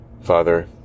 Father